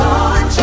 on